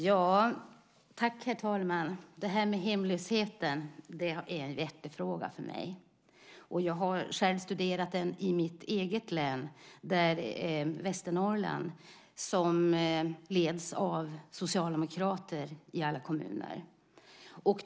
Herr talman! Det här med hemlösheten är en hjärtefråga för mig. Jag har själv studerat den i mitt eget hemlän, Västernorrland, där alla kommuner leds av socialdemokrater.